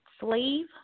Slave